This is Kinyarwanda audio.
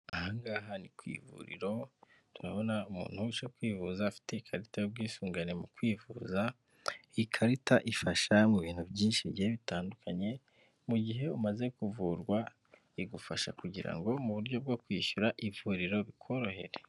Aha ngaha ni ku ivuriro, turabona umuntu uje kwivuza afite ikarita y'ubwisungane mu ivuza, ikarita ifasha mu bintu byinshi bigiye bitandukanye, mu gihe umaze kuvurwa, igufsha kugira ngo mu buryo bwo kwishyura ivuriro bikorohere.